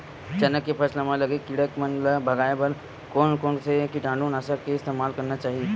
चना के फसल म लगे किड़ा मन ला भगाये बर कोन कोन से कीटानु नाशक के इस्तेमाल करना चाहि?